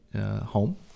home